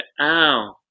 ow